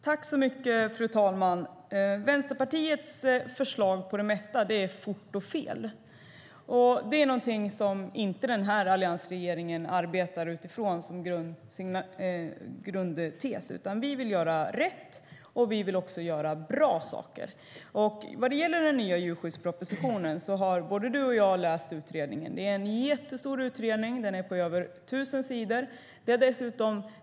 Fru talman! Vänsterpartiets förslag till det mesta är fort och fel. Alliansregeringen arbetar inte utifrån det som sin grundtes, utan vi vill göra rätt, och vi vill göra bra saker. När det gäller den nya djurskyddspropositionen har både Jens Holm och jag läst utredningen. Det är en jättestor utredning. Den är på över tusen sidor.